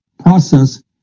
process